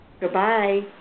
Goodbye